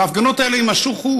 וההפגנות האלה יימשכו,